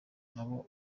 nabo